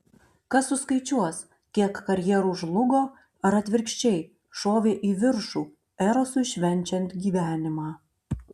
kas suskaičiuos kiek karjerų žlugo ar atvirkščiai šovė į viršų erosui švenčiant gyvenimą